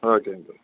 ஓகேங்க சார்